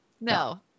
no